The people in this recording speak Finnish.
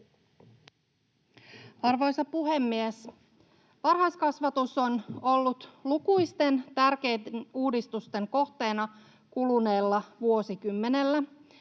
Arvoisa puhemies! Varhaiskasvatus on ollut lukuisten tärkeiden uudistusten kohteena kuluneella vuosikymmenellä.